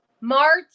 March